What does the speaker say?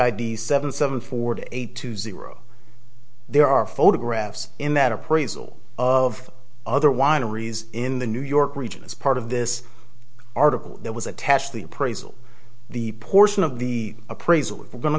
id seven seven forty eight two zero there are photographs in that appraisal of other wineries in the new york region as part of this article that was attached the appraisal the portion of the appraisal we're going to